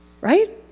Right